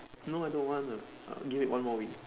no I don't wanna give it one more week